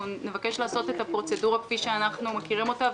אנחנו נבקש לעשות את הפרוצדורה כפי שאנחנו מכירים אותה,